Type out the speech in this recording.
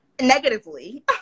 negatively